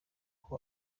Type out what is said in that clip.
uko